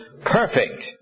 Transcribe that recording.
perfect